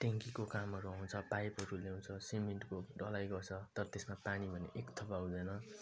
ट्याङ्कीको कामहरू आउँछ पाइपहरू ल्याउँछ सिमेन्टको ढलाइ गर्छ तर त्यसमा पानी भने एक थोपा हुँदैन